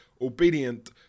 obedient